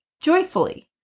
joyfully